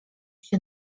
się